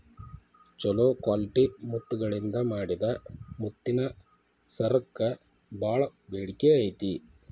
ಚೊಲೋ ಕ್ವಾಲಿಟಿ ಮುತ್ತಗಳಿಂದ ಮಾಡಿದ ಮುತ್ತಿನ ಸರಕ್ಕ ಬಾಳ ಬೇಡಿಕೆ ಐತಿ